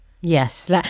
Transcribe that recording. yes